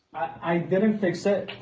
i didn't fix it